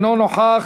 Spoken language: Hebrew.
אינו נוכח,